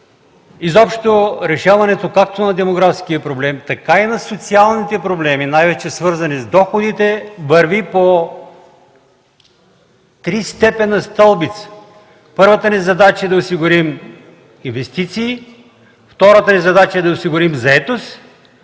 изобщо решаването както на демографския проблем, така и на социалните проблеми най-вече свързани с доходите, върви по 3-степенна стълбица. Първата ми задача е да осигурим инвестиции, втората – да осигурим заетост,